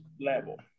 level